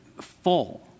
full